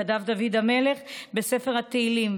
כתב דוד המלך בספר תהילים,